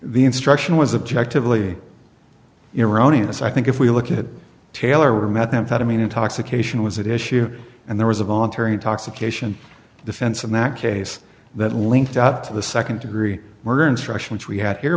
the instruction was objective really iranian this i think if we look at taylor or methamphetamine intoxication was it issue and there was a voluntary intoxication defense and that case that linked up to the second degree murder instruction which we had here